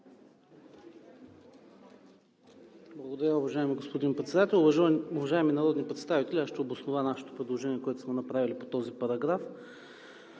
Благодаря, уважаеми господин Председател. Уважаеми народни представители, аз ще обоснова нашето предложение, което сме направили, по този параграф.